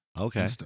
Okay